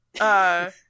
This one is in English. uh-